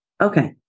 okay